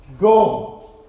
Go